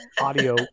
audio